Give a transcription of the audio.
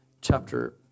chapter